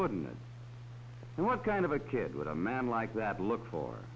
wouldn't know what kind of a kid with a man like that look for